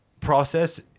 process